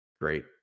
great